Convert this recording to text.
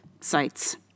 sites